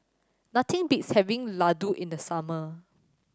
nothing beats having Laddu in the summer